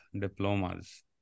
diplomas